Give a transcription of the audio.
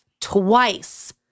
twice